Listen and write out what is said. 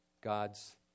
God's